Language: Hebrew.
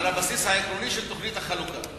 על הבסיס העקרוני של תוכנית החלוקה.